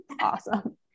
Awesome